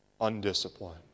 undisciplined